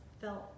felt